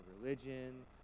religion